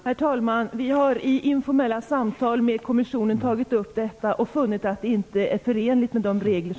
Herr talman! Det var det viktigaste när vi behandlade frågan, att den svenska regeringen skulle vara drivande för att det skulle bli förenligt med EU reglerna.